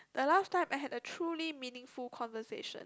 the last time I had a truly meaningful conversation